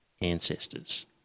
ancestors